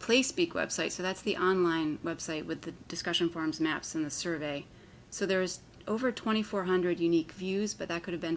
play speak website so that's the on line website with the discussion forums maps in the survey so there was over twenty four hundred unique views but i could have been